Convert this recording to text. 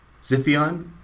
Ziphion